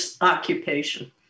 occupation